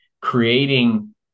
creating